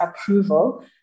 approval